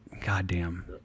goddamn